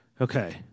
Okay